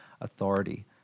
authority